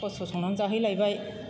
खस्थ' संनानै जाहैलायबाय